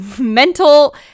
mental